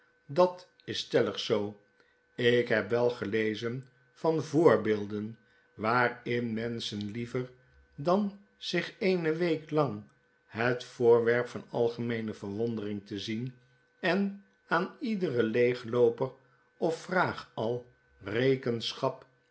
dat is stellig zoo ik heb wel gelezen van voorbeelden waarin menschen liever dan zich eene week lang het voorwerp van algemeene verwondering te zien en aan iederen leeglooper of vraagal